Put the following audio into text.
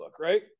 right